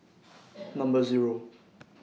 Number Zero